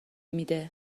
میده